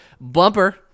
bumper